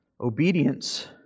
Obedience